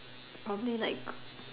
probably like